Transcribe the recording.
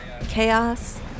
Chaos